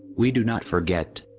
we do not forget.